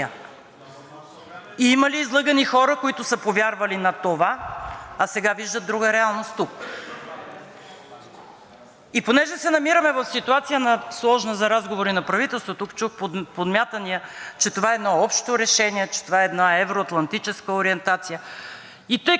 Понеже се намираме в ситуация, сложна, за разговори за правителство, тук чух подмятания, че това е едно общо решение, че това е една евро-атлантическа ориентация… И тъй като миналата седмица получихме всички упреци на света, избирайки председател на парламента, че се връщаме в статуквото на ДПС и ГЕРБ,